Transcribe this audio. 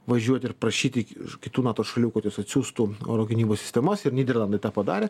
važiuoti ir prašyti kitų nato šalių kad jos atsiųstų oro gynybos sistemas ir nyderlandai tą padarė